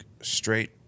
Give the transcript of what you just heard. straight